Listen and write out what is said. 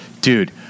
Dude